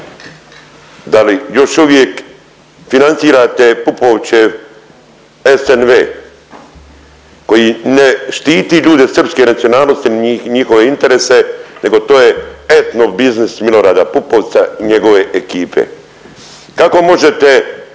Da li još uvijek financirate Pupovčev SNV koji ne štiti ljude srpske nacionalnosti ni njihove interese nego to je etnobiznis Milorada Pupovca i njegove ekipe. Kako možete